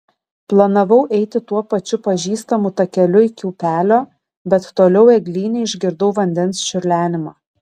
planavau eiti tuo pačiu pažįstamu takeliu iki upelio bet toliau eglyne išgirdau vandens čiurlenimą